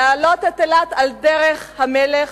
להעלות את אילת על דרך המלך,